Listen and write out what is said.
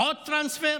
עוד טרנספר.